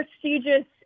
prestigious